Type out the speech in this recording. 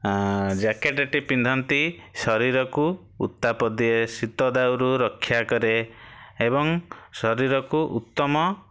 ଆଁ ଜ୍ୟାକେଟେଟି ପିନ୍ଧନ୍ତି ଶରୀରକୁ ଉତ୍ତାପ ଦିଏ ଶୀତ ଦାଉରୁ ରକ୍ଷା କରେ ଏବଂ ଶରୀରକୁ ଉତ୍ତମ